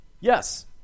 Yes